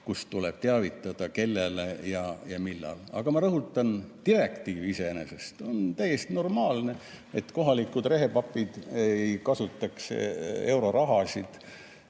kus tuleb teavitada, kellele ja millal. Aga ma rõhutan: direktiiv iseenesest on täiesti normaalne, [mõeldud selleks,] et kohalikud rehepapid ei kasutaks euroraha nii,